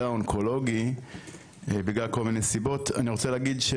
האונקולוגי בגלל כל מיני סיבות אני רוצה להגיד,